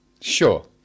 Sure